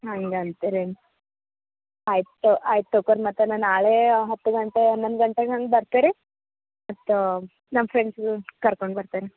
ಹಂಗೆ ಅಂತಿರೇನು ಆಯಿತು ಆಯ್ತು ತಕೋರ್ ಮತ್ತೆ ನಾ ನಾಳೆ ಹತ್ತು ಗಂಟೆ ಹನ್ನೊಂದು ಗಂಟೆ ಹಂಗೆ ಬರ್ತೇವೆ ರೀ ಮತ್ತು ನಮ್ಮ ಫ್ರೆಂಡ್ಸಿಗೂ ಕರ್ಕೊಂಡು ಬರ್ತೇನೆ